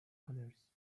colors